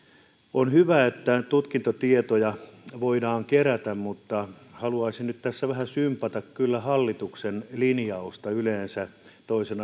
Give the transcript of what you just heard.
on hyvä että tutkintotietoja voidaan kerätä mutta haluaisin nyt tässä vähän sympata kyllä hallituksen linjausta yleensä toisen